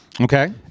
Okay